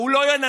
והוא לא ינצח,